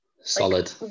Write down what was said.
solid